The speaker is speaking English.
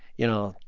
you know,